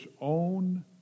own